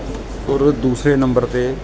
ਔਰ ਦੂਸਰੇ ਨੰਬਰ 'ਤੇ